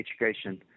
education